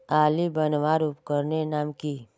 आली बनवार उपकरनेर नाम की?